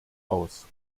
aus